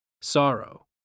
sorrow